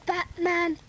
Batman